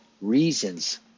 reasons